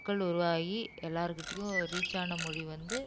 மக்கள் உருவாகி எல்லாருக்கிட்டேயும் ரீச் ஆன மொழி வந்து